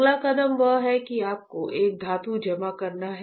अगला कदम वह है जो आपको एक धातु जमा करना है